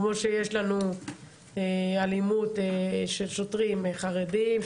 כמו שיש לנו אלימות של שוטרים לחרדים,